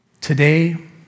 today